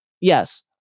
yes